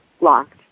locked